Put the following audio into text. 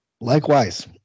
likewise